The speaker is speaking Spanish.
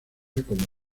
como